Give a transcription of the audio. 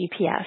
GPS